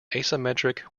asymmetric